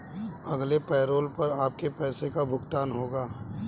अगले पैरोल पर आपके पैसे का भुगतान होगा